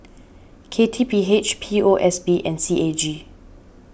K T P H P O S B and C A G